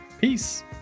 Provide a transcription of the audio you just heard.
peace